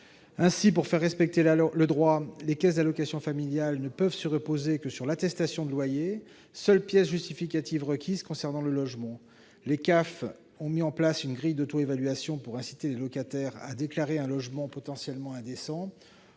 Ainsi, pour faire respecter le droit, les caisses d'allocations familiales, les CAF, ne peuvent se reposer que sur l'attestation de loyer, seule pièce justificative requise concernant le logement. Elles ont mis en place une grille d'auto-évaluation pour inciter les locataires à déclarer un logement potentiellement indécent.